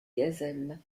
gazelles